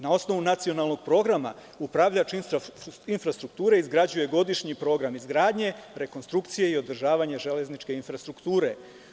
Na osnovu nacionalnog programa upravljač infrastrukture izgrađuje godišnji program izgradnje, rekonstrukcije i održavanje železničke infrastrukture.